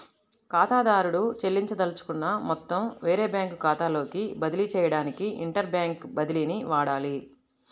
ఖాతాదారుడు చెల్లించదలుచుకున్న మొత్తం వేరే బ్యాంకు ఖాతాలోకి బదిలీ చేయడానికి ఇంటర్ బ్యాంక్ బదిలీని వాడాలి